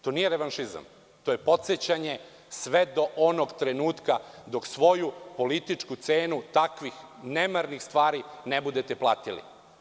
To nije revanšizam, to je podsećanje sve do onog trenutka dok svoju političku cenu takvih nemarnih stvari ne budete platili.